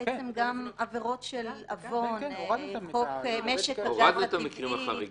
בסדר, הורדנו את המקרים החריגים.